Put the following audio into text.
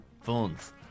phones